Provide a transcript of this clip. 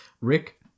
rick